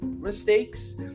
mistakes